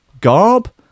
garb